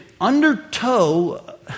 undertow